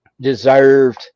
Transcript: deserved